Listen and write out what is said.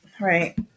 Right